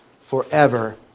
forever